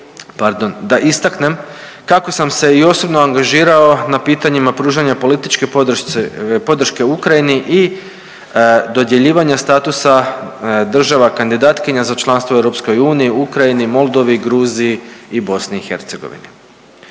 da istaknem kako sam se i osobno angažirao na pitanjima pružanja političke podrške Ukrajini i dodjeljivanja statusa država kandidatkinja za članstvo u EU, Ukrajini, Moldovi, Gruziji i BiH.